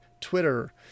Twitter